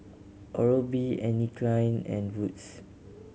Oral B Anne Klein and Wood's